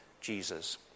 Jesus